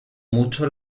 mucho